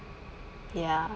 ya